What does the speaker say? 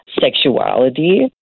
sexuality